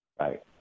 Right